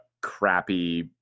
crappy